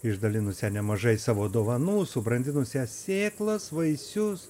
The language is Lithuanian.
išdalinusią nemažai savo dovanų subrandinusią sėklas vaisius